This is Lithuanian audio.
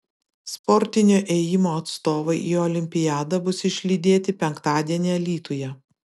sportinio ėjimo atstovai į olimpiadą bus išlydėti penktadienį alytuje